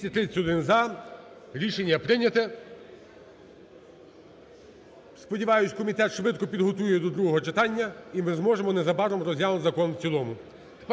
За-231 Рішення прийнято. Сподіваюсь, комітет швидко підготує до другого читання, і ми зможемо незабаром розглянути закон в цілому.